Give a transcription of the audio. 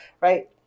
right